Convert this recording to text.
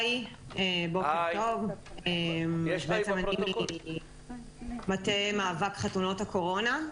היי, בוקר טוב, אני ממטה מאבק חתונות הקורונה.